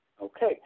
Okay